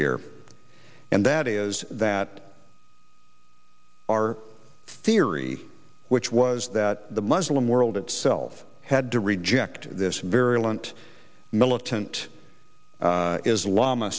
here and that is that our theory which was that the muslim world itself had to reject this variant militant islami